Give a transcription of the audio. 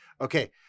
Okay